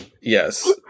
Yes